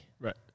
Right